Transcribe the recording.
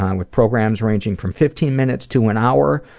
um with programs ranging from fifteen minutes to an hour.